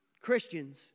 Christians